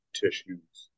tissues